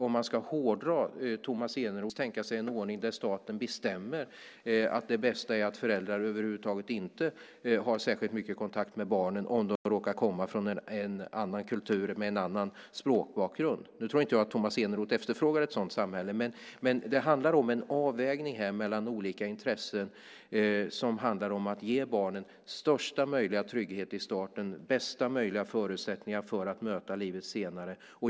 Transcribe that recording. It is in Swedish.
Om man ska hårdra Tomas Eneroths resonemang kunde man naturligtvis tänka sig en ordning där staten bestämmer att det bästa är att föräldrar över huvud taget inte har särskilt mycket kontakt med barnen, om de råkar komma från en annan kultur med en annan språkbakgrund. Nu tror jag inte att Tomas Eneroth efterfrågar ett sådant samhälle. Det handlar om en avvägning mellan olika intressen. Det handlar om att ge barnen största möjliga trygghet i starten, bästa möjliga förutsättningar att möta livet senare.